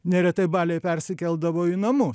neretai baliai persikeldavo į namus